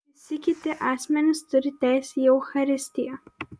visi kiti asmenys turi teisę į eucharistiją